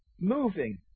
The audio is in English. Moving